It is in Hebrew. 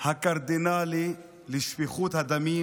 הקרדינלי לשפיכות הדמים,